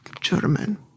German